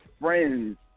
friends